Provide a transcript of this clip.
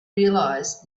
realise